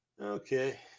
Okay